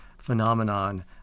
phenomenon